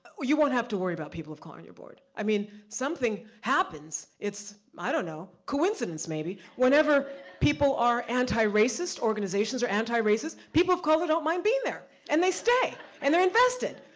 you won't have to worry about people of color on your board. i mean something happens, it's, i don't know, coincidence maybe, whenever people are anti-racist, organizations are anti-racist, people of color don't mind being there, and they stay and they're invested.